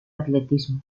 atletismo